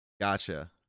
Gotcha